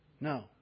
No